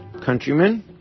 countrymen